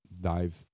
dive